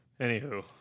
Anywho